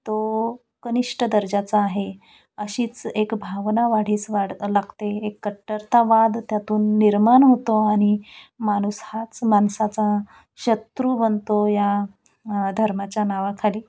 तो कनिष्ठ दर्जाचा आहे अशीच एक भावना वाढीस वाढ लागते एक कट्टरतावाद त्यातून निर्माण होतो आणि माणूस हाच माणसाचा शत्रू बनतो या धर्माच्या नावाखाली